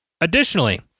Additionally